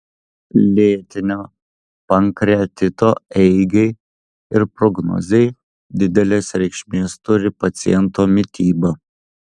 lėtinio pankreatito eigai ir prognozei didelės reikšmės turi paciento mityba